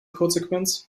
codesequenz